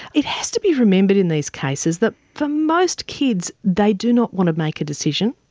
it has to be remembered in these cases that for most kids, they do not want to make a decision,